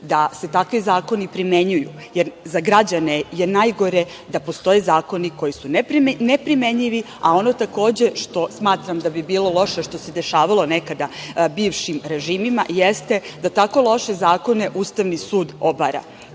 da se takvi zakoni primenjuju, jer za građane je najgore da postoje zakoni koji su neprimenjivi, a ono što takođe smatram da bi bilo loše, a što se dešavalo nekada bivšim režimima, jeste da tako loše zakone Ustavni sud obara. Po